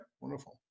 Wonderful